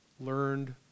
learned